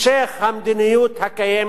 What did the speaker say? והמשך המדיניות הקיימת